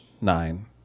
Nine